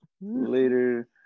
later